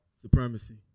supremacy